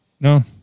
no